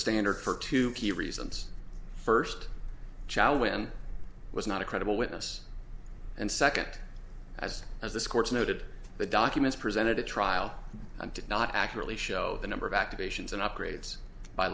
standard for two reasons first child when was not a credible witness and second as as this court's noted the documents presented at trial and did not accurately show the number of activations and upgrades by